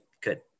good